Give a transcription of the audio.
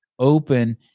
open